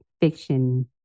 fiction